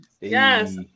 Yes